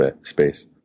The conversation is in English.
space